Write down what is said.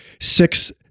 six